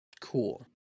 Cool